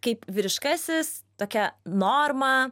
kaip vyriškasis tokia norma